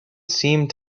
seemed